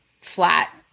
flat